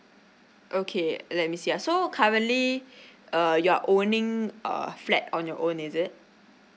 okay let me see ah so currently uh you are owning a flat on your own is it